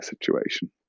situation